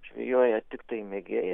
žvejoja tiktai mėgėjai